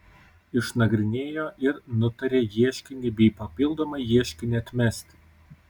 išnagrinėjo ir nutarė ieškinį bei papildomą ieškinį atmesti